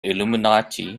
illuminati